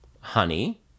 honey